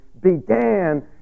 began